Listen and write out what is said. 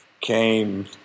came